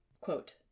Quote